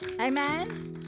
Amen